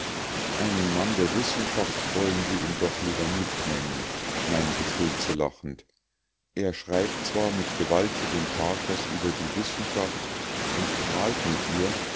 einen mann der wissenschaft wollen wir ihn doch lieber nicht nennen meinte schultze lachend er schreibt zwar mit gewaltigem pathos über die wissenschaft und prahlt mit ihr